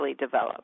develop